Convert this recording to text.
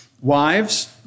Wives